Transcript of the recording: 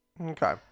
Okay